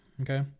okay